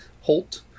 holt